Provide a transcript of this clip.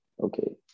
okay